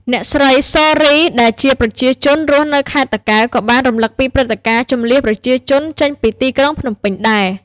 អ្នកស្រី សូ រី ដែលជាប្រជាជនរស់នៅខេត្តតាកែវក៏បានរំឭកពីព្រឹត្តិការណ៍ជម្លៀសប្រជាជនចេញពីទីក្រុងភ្នំពេញដែរ។